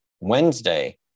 Wednesday